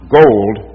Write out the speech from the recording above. gold